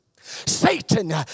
Satan